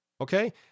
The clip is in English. okay